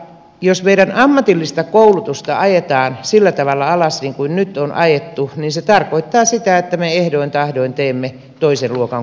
jos meidän ammatillista koulutusta ajetaan sillä tavalla alas kuin nyt on ajettu niin se tarkoittaa sitä että me ehdoin tahdoin teemme toisen luokan kansalaisia